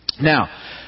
now